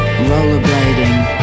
Rollerblading